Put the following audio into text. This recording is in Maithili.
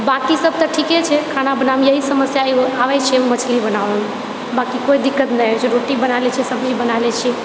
बाँकि सब तऽ ठीके छै खाना बनावएमे इएह समस्या एकगो आबैत छै मछली बनावएमे बाकि कोइ दिक्कत नहि होइत छै रोटी बना लेइत छिए सब्जी बना लेइत छिए